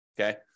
okay